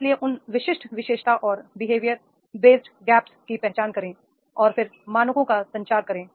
इसलिए उन विशिष्ट विशेषता और बिहेवियर बेस्ड गैप्स की पहचान करें और फिर मानकों का संचार करें